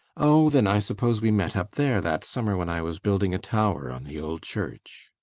oh, then i suppose we met up there, that summer when i was building a tower on the old church.